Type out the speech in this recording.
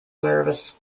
nerves